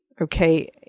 okay